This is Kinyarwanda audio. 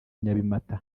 nyabimata